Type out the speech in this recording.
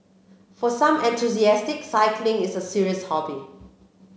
for some enthusiastic cycling is a serious hobby